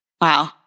Wow